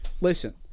listen